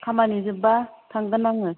खामानि जोबबा थांगोन आङो